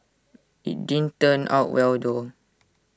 IT did turn out well though